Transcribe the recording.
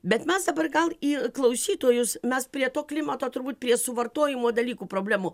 bet mes dabar gal į klausytojus mes prie to klimato turbūt prie suvartojimo dalykų problemų